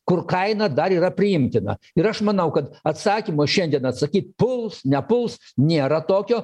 kur kaina dar yra priimtina ir aš manau kad atsakymo šiandien atsakyt puls nepuls nėra tokio